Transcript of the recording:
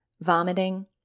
vomiting